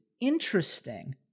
interesting